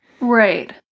Right